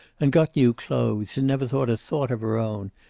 and got new clothes, and never thought a thought of her own,